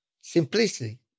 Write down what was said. simplicity